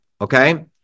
okay